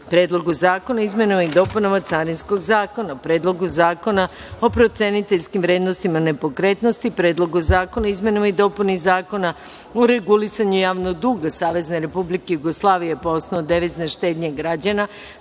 Predlogu zakona o izmenama i dopunama Carinskog zakona, Predlogu zakona o proceniteljskim vrednostima nepokretnosti, Predlogu zakona o izmenama i dopunama Zakona u regulisanju javnog duga SRJ, po osnovu devizne štednje građana,